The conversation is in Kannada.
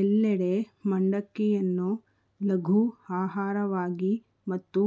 ಎಲ್ಲೆಡೆ ಮಂಡಕ್ಕಿಯನ್ನು ಲಘು ಆಹಾರವಾಗಿ ಮತ್ತು